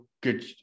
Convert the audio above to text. good